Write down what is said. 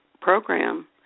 program